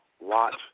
watch